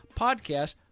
podcast